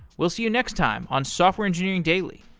we'll see you next time on software engineering daily